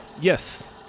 Yes